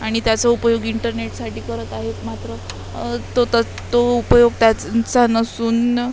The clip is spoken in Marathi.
आणि त्याचा उपयोग इंटरनेटसाठी करत आहेत मात्र तो त तो उपयोग त्याच चा नसून